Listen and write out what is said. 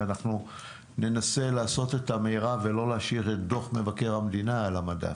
ואנחנו ננסה לעשות את המרב ולא להשאיר את דוח מבקר המדינה על המדף.